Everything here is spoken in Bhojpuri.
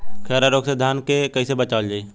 खैरा रोग से धान कईसे बचावल जाई?